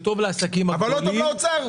שטוב לעסקים הגדולים,